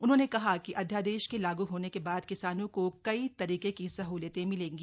उन्होंने कहा कि अध्यादेश के लागू होने के बाद किसानों को कई तरीके की सहलियत मिलेगी